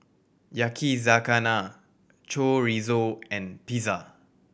Yakizakana Chorizo and Pizza